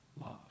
love